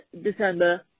December